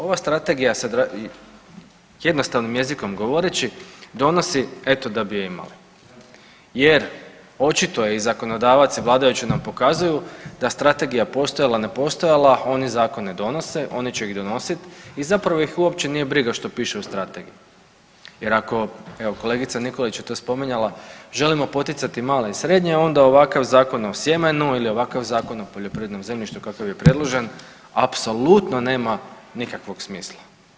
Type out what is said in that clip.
Ova strategija sad jednostavnim jezikom govoreći donosi eto da bi imali jer očito je i zakonodavac i vladajući nam pokazuju da strategija postojala, ne postojala oni zakone donose, oni će ih donosit i zapravo ih uopće nije briga što piše u strategiji jer ako evo kolegica Nikolić je to spominjala želimo poticati male i srednje onda ovakav Zakon o sjemenu ili ovakav Zakon o poljoprivrednom zemljištu kakav je predložen apsolutno nema nikakvog smisla.